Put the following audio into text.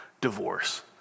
divorce